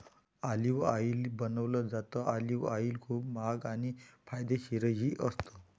olive ऑईलही बनवलं जातं, ऑलिव्ह ऑईल खूप महाग आणि फायदेशीरही असतं